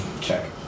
check